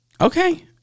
Okay